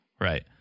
Right